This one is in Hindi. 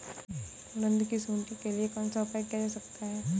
उड़द की सुंडी के लिए कौन सा उपाय किया जा सकता है?